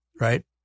right